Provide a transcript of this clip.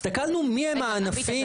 הסתכלנו מי הם הענפים --- עמית,